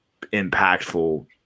impactful